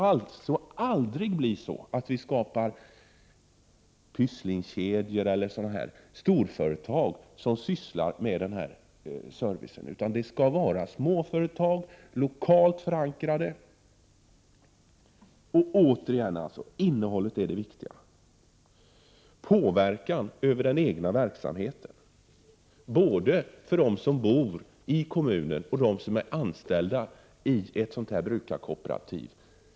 Det får aldrig bli så, att Pysslingkedjor eller storföretag skapas som sysslar med sådan här service. Det skall vara småföretag, lokalt förankrade. Jag upprepar: Innehållet är det viktiga. Det handlar om påverkan på den egna verksamheten både för dem som bor i kommunen och för dem som är anställda i ett brukarkooperativ.